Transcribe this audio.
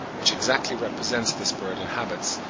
which exactly represents this bird in habits,